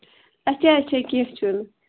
اَچھا اَچھا کیٚنٛہہ چھُنہٕ